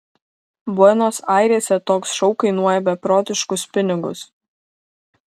buenos airėse toks šou kainuoja beprotiškus pinigus